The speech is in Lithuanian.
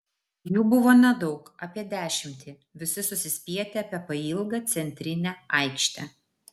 jų buvo nedaug apie dešimtį visi susispietę apie pailgą centrinę aikštę